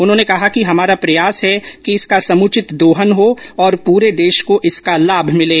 उन्होंने कहा कि हमारा प्रयास है कि इसका समुचित दोहन हो और पूरे देश को इसका लाभ मिले